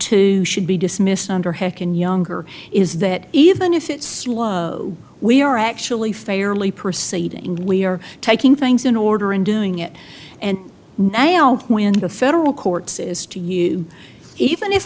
two should be dismissed under hakon younger is that even if it's slow we are actually fairly proceeding we are taking things in order and doing it and now when the federal court says to you even if